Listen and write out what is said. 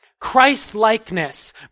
Christ-likeness